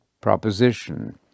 proposition